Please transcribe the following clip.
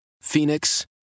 Phoenix